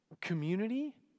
community